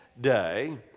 day